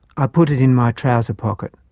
i put it in my trouser pocket.